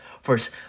first